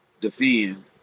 defend